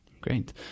Great